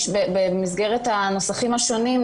במסגרת הנוסחים השונים,